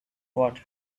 what